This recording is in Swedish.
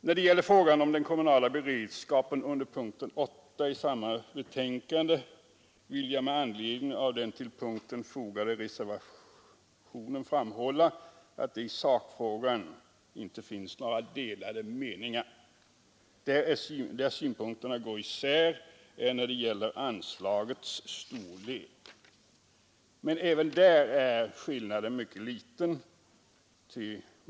När det gäller frågan om den kommunala beredskapen under punkten 8 i samma betänkande vill jag med anledning av den till punkten fogade reservationen framhålla att det i sakfrågan inte finns några delade meningar. Det är när det gäller anslagets storlek som synpunkterna går isär. Men även där är skillnaden mycket liten.